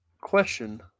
question